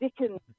Dickens